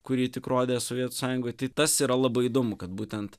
kurį tik rodė sovietų sąjungoj tai tas yra labai įdomu kad būtent